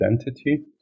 identity